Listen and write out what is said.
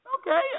Okay